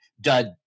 Dud